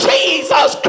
Jesus